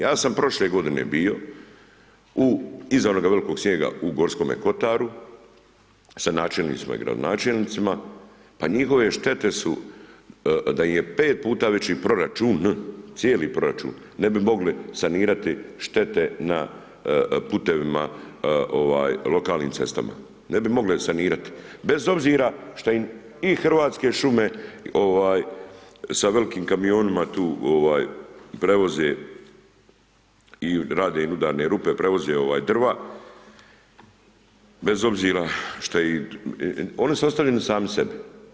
Ja sam prošle godine bio u, iza onoga velikog snijega, u Gorskome kotaru sa načelnicima i gradonačelnicima, pa njihove štete su, da im je 5 puta veći proračun, cijeli proračun, ne bi mogli sanirati štete na putevima, lokalnim cestama, ne bi mogli sanirati, bez obzira šta im i Hrvatske šume sa velikim kamionima tu prevoze i rade im udarne rupe, preuzeo drva, bez obzira, oni su ostavljeni sami sebi.